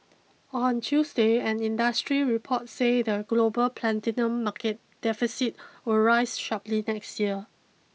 on Tuesday an industry report said the global platinum market deficit will rise sharply next year